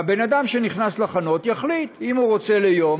והבן-אדם שנכנס להחנות יחליט: אם הוא רוצה ליום,